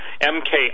mk